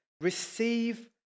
receive